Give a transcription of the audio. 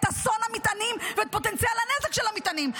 אסון המטענים ואת פוטנציאל הנזק של המטענים.